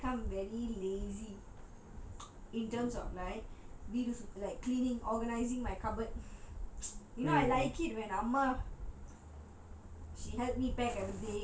this I feel that over the years I become very lazy in terms of like we do like cleaning organising my cupboard you know I like it when amma